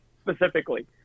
specifically